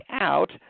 out